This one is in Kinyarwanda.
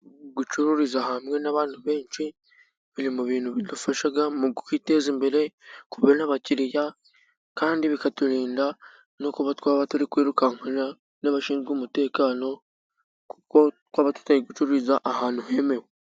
Gucururiza hamwe n'abantu benshi biri mu bintu bidufasha mu kwiteza imbere, kubona abakiriya kandi bikaturinda no kuba twaba turi kwirukankana n'abashinzwe umutekano kuko twaba tutari gucururiza ahantu hemewe.